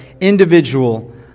individual